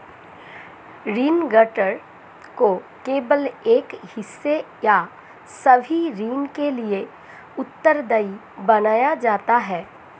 ऋण गारंटर को केवल एक हिस्से या सभी ऋण के लिए उत्तरदायी बनाया जाता है